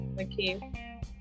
Okay